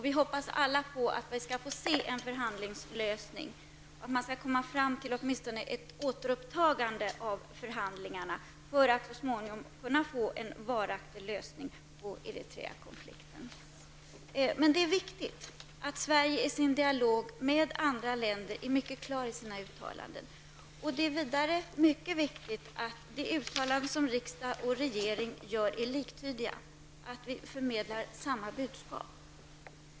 Vi hoppas alla att vi skall få se en förhandlingslösning och att man åtminstone skall komma fram till ett återupptagande av förhandlingarna för att så småningom kunna få en varaktig lösning på Det är dock viktigt att Sverige i sin dialog med andra länder är mycket klar i sina uttalanden. Det är vidare mycket viktigt att de uttalanden som riksdag och regering gör är liktydiga. Vi måste förmedla samma budskap.